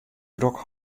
drok